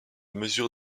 mesure